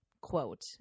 quote